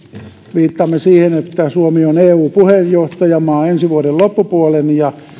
viittaamme siihen että suomi on eu puheenjohtajamaa ensi vuoden loppupuolen ja